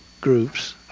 groups